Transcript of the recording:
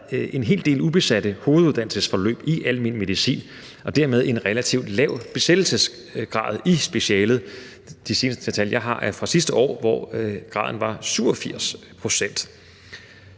en hel del ubesatte hoveduddannelsesforløb i almen medicin og dermed en relativt lav beskæftigelsesgrad i specialet. De seneste tal, jeg har, er fra sidste år, hvor graden var 87 pct.